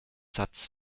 satz